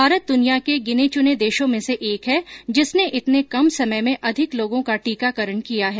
भारत दुनिया के गिने चुने देशों में से एक है जिसने इतने कम समय में अधिक लोगों का टीकाकरण किया है